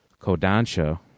Kodansha